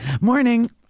Morning